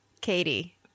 katie